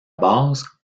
base